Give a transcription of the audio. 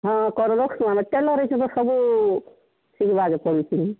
ହଁ କରବୋ ଆମେ ଟେଲର୍ ହେଉଛୁଁ ମାନେ ସବୁ ସଲ୍ବାଜ କରୁଛି